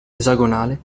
esagonale